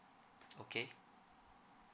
okay